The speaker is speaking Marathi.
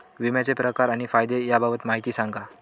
विम्याचे प्रकार आणि फायदे याबाबत माहिती सांगा